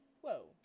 Whoa